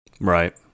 right